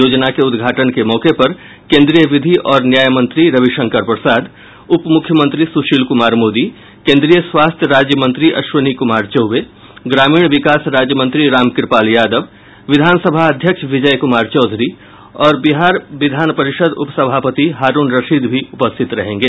योजना के उद्घाटन के मौके पर केन्द्रीय विधि और न्याय मंत्री रविशंकर प्रसाद उप मुख्यमंत्री सुशील कुमार मोदी केन्द्रीय स्वास्थ्य राज्य मंत्री अश्विनी कुमार चौबे ग्रामीण विकास राज्य मंत्री रामकृपाल यादव विधान सभा अध्यक्ष विजय कुमार चौधरी और विधार परिषद के उपसभापति हारून रशीद भी उपस्थित रहेंगे